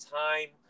time